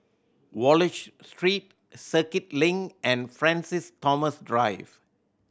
Wallich Street Circuit Link and Francis Thomas Drive